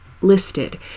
listed